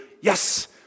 Yes